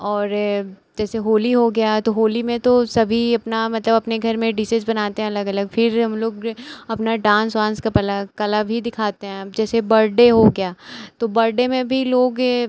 और ये जैसे होली हो गया तो होली में तो सभी अपना मतलब अपने घर में डिशेज बनाते हैं अलग अलग फिर हम लोग अपना डांस वांस का पला कला भी दिखाते हैं अब जैसे बर्डे हो गया तो बर्डे में भी लोग है